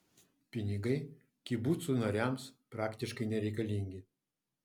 pinigai kibucų nariams praktiškai nereikalingi